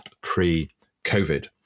pre-COVID